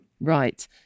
Right